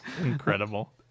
Incredible